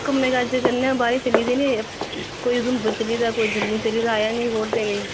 ओह् कम्म काज करने गी बाह्रै गी चली गेदे न कोई उघमपुर चली दा कोई जम्मू चली दा आया नेई वोट देने गी